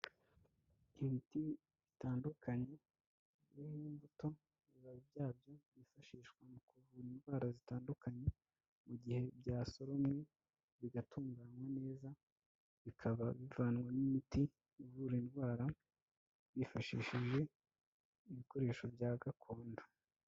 Ibiti bitandukanye birimo imbuto, ibibabi byabyo byifashishwa mu kuvura indwara zitandukanye mu gihe byasoromwe, bigatunganywa neza. Bikaba bivanwa n'imiti ivura indwara, bifashishije ibikoresho bya gakondo.